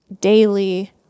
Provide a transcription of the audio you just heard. daily